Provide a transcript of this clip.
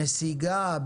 נסיגה,